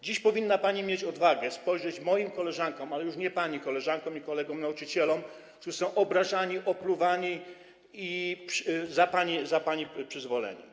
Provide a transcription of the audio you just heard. Dziś powinna pani mieć odwagę spojrzeć moim koleżankom, ale już nie pani koleżankom, i kolegom nauczycielom, którzy są obrażani, opluwani za pani przyzwoleniem.